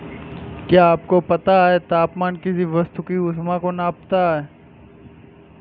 क्या आपको पता है तापमान किसी वस्तु की उष्णता की माप है?